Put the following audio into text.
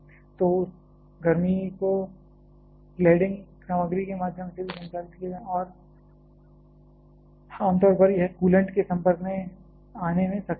तो उस गर्मी को क्लैडिंग सामग्री के माध्यम से भी संचालित किया जाना है और आम तौर पर यह कूलेंट के संपर्क में आने में सक्षम होगा